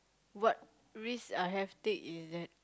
what risk I have take is that